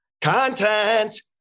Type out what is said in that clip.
content